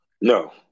No